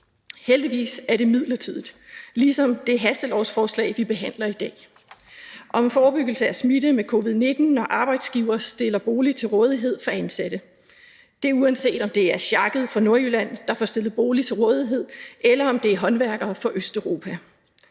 Heldigvis er det midlertidigt – ligesom det hastelovforslag, som vi behandler i dag, om forebyggelse mod smitte med covid-19, når arbejdsgivere stiller bolig til rådighed for ansatte. Det er, uanset om det er sjakket fra Nordjylland, der får stillet en bolig til rådighed, eller om det er håndværkere fra Østeuropa.